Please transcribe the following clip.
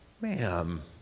ma'am